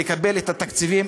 לקבל את התקציבים,